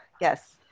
Yes